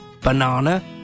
banana